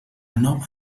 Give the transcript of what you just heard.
nova